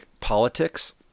politics